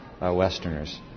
Westerners